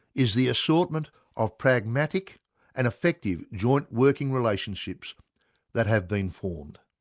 is the assortment of pragmatic and effective joint working relationships that have been formed.